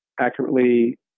accurately